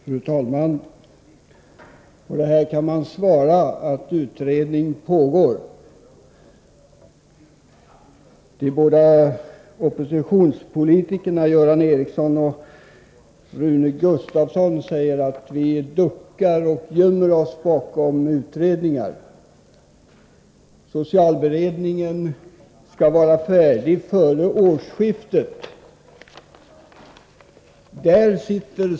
Fru talman! För att bemöta det som här anförts kan man säga: Utredning pågår. De båda oppositionspolitikerna Göran Ericsson och Rune Gustavsson säger att vi duckar och gömmer oss bakom utredningar. Jag vill påpeka att socialberedningen skall vara färdig före årsskiftet.